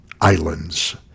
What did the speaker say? Islands